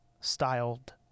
styled